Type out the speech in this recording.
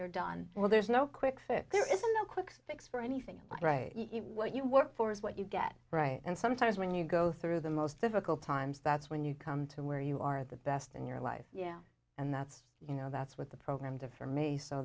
you're done well there's no quick fix there isn't a quick fix for anything but right what you work for is what you get right and sometimes when you go through the most difficult times that's when you come to where you are the best in your life yeah and that's you know that's with the program to for me so